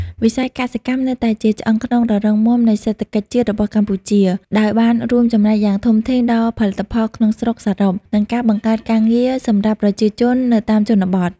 វិស័យកសិកម្មនៅតែជាឆ្អឹងខ្នងដ៏រឹងមាំនៃសេដ្ឋកិច្ចជាតិរបស់កម្ពុជា ដោយបានរួមចំណែកយ៉ាងធំធេងដល់ផលិតផលក្នុងស្រុកសរុប និងការបង្កើតការងារសម្រាប់ប្រជាជននៅតាមជនបទ។